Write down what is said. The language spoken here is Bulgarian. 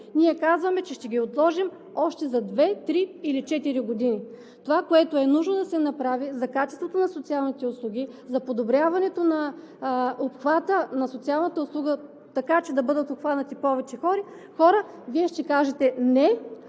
Ние казваме, че ще ги отложим за още две, три или четири години! За това, което е нужно да се направи за качеството на социалните услуги, за подобряването на обхвата на социалната услуга, така че да бъдат обхванати повече хора, Вие ще кажете: не,